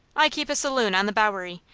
i keep a saloon on the bowery.